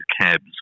cabs